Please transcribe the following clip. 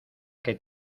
que